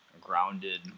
grounded